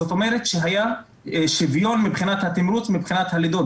זאת אומרת שהיה שוויון מבחינת התמרוץ ומבחינת הלידות.